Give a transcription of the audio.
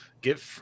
get